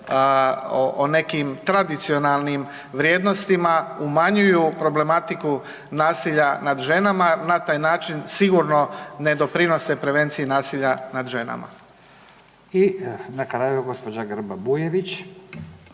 o nekim tradicionalnim vrijednostima, umanjuju problematiku nasilja nad ženama na taj način sigurno ne doprinose prevenciji nasilja nad ženama. **Radin, Furio